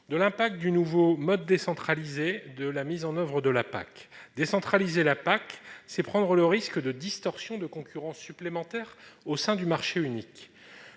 de l'impact du nouveau mode décentralisé de mise en oeuvre de la PAC. Décentraliser la PAC, c'est prendre le risque de distorsions de concurrence supplémentaires au sein du marché unique.